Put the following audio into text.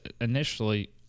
initially